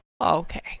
okay